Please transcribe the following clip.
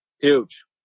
Huge